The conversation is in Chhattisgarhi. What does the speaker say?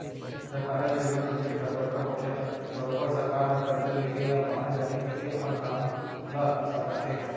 जब कारज, योजना प्रोजेक्ट हर बड़का होथे त बरोबर सरकार हर करजा लेके या बांड जारी करके अपन काम ल सरकाथे